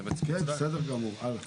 בסדר גמור הלאה.